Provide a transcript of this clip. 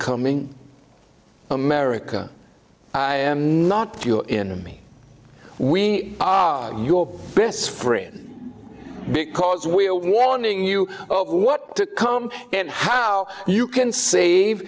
coming america i am not your enemy we are your best friend because we are warning you of what to come and how you can save